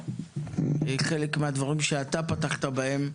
חלק מהדברים שאתה פתחת בהם,